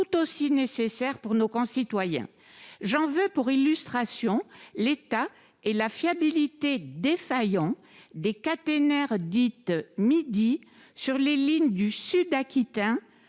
tout aussi nécessaire pour nos concitoyens, j'en veux pour illustration l'État et la fiabilité défaillant des caténaires dites midi sur les lignes du sud aquitain